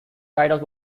titles